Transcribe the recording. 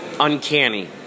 Uncanny